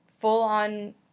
full-on